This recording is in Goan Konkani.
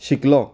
शिकलो